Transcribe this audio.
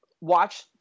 watch